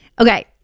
Okay